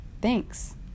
thanks